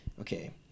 Okay